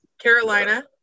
Carolina